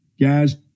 guys